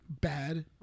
bad